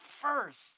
first